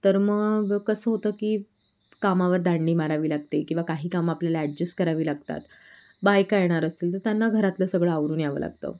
तर मग कसं होतं की कामावर दांडी मारावी लागते किंवा काही कामं आपल्याला ॲडजस्ट करावी लागतात बायका येणार असतील तर त्यांना घरातलं सगळं आवरून यावं लागतं